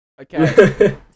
Okay